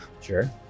Sure